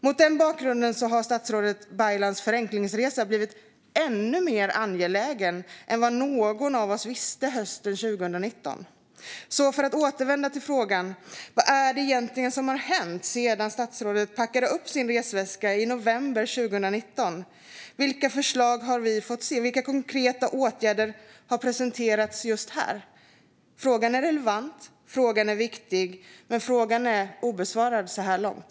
Mot den bakgrunden har statsrådet Baylans förenklingsresa blivit ännu mer angelägen än vad någon av oss förutsåg hösten 2019. För att återvända till frågan om vad som egentligen har hänt sedan statsrådet packade upp sin resväska i november 2019 undrar jag: Vilka förslag har vi fått se? Vilka konkreta åtgärder har presenterats? Frågan är relevant och viktig, men den är obesvarad så här långt.